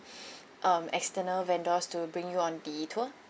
external vendors to bring you on the tour